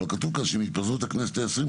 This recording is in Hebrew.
אבל כתוב כאן: "עם התפזרות הכנסת העשרים,